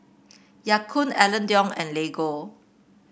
Ya Kun Alain Delon and Lego